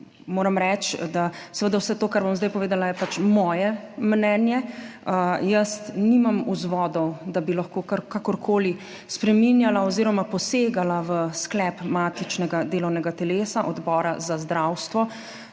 moram reči, da vse to, kar bom zdaj povedala, je pač moje mnenje. Jaz nimam vzvodov, da bi lahko kakorkoli spreminjala oziroma posegala v sklep matičnega delovnega telesa Odbora za zdravstvo.